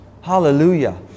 Hallelujah